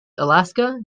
alaska